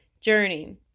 journey